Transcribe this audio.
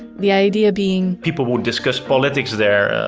the idea being, people would discuss politics there,